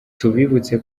tubibutse